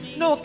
no